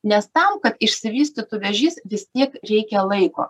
nes tam kad išsivystytų vėžys vis tiek reikia laiko